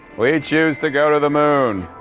we choose to go to the moon.